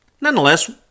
Nonetheless